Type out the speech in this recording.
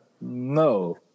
No